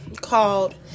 called